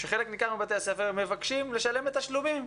שחלק ניכר מבתי הספר מבקשים לשלם בהוראת קבע.